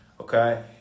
okay